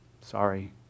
sorry